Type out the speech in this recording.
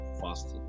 faster